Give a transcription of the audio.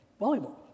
volleyball